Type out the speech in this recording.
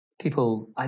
people